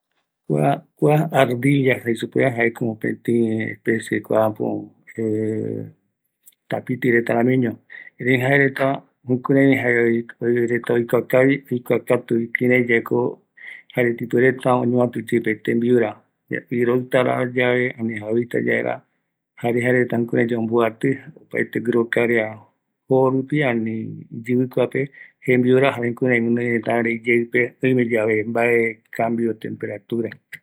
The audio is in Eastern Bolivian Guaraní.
Aerdilla reta jaeko tapiti ramï, oajaete ikavi reta, jaereta oikuakatu kïraï oñovatu vaera jembiura, oimeta yave okɨ, iroɨ, jaereta yarakua katu